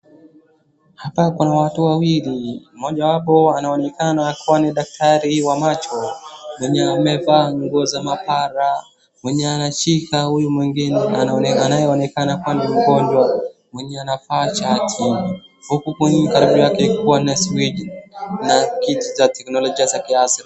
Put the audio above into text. Hapa kuna watu wawili, mmojawapo anaonekana kuwa ni daktari wa macho mwenye amevaa nguo za maabara mwenye anashika huyu mwingine anayeonekana kuwa ni mgonjwa mwenye anavaa shati. Huku kwingi karibu yake kukiwa na siweji na kituu cha kiteknolojia cha kiafya.